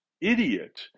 idiot